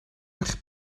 eich